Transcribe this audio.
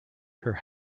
her